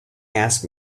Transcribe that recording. asked